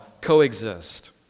coexist